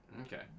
Okay